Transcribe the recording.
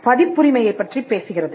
பதிப்புரிமையை பற்றிப் பேசுகிறது